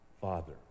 Father